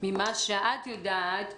ממה שאת יודעת,